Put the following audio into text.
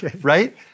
right